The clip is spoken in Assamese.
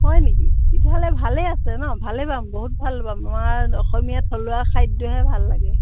হয় নেকি তেতিয়াহ'লে ভালেই আছে ন ভালেই পাম বহুত ভাল পাম আমাৰ অসমীয়া থলুৱা খাদ্যহে ভাল লাগে